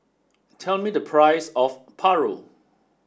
tell me the price of Paru